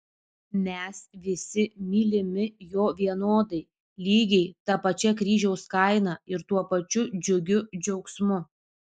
mes visi mylimi jo vienodai lygiai ta pačia kryžiaus kaina ir tuo pačiu džiugiu džiaugsmu